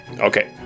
Okay